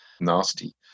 Nasty